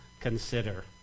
consider